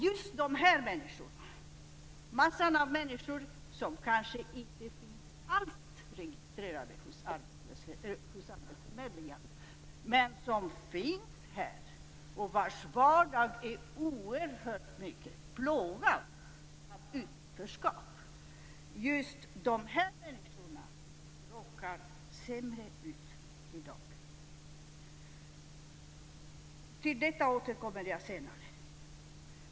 Just de här människorna, massan av människor som kanske inte alls finns registrerade hos arbetsförmedlingarna men som finns här och vars vardag är oerhört plågad av utanförskap, råkar värre ut i dag. Jag återkommer till detta senare.